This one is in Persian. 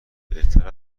بهتر